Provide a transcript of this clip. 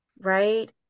right